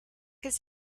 his